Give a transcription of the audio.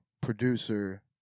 producer